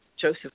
Joseph